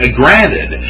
granted